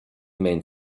main